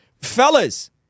Fellas